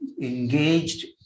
engaged